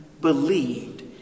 believed